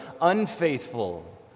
unfaithful